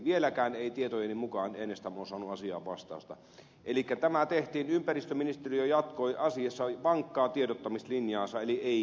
vieläkään ei tietojeni mukaan enestam ole saanut asiaan vastausta elikkä tämä tehtiin ja ympäristöministeriö jatkoi asiassa vankkaa tiedottamislinjaansa eli ei mitään